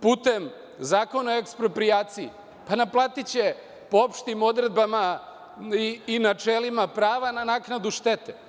putem Zakona o eksproprijaciji, naplatiće po opštim odredbama i načelima prava na naknadu štete.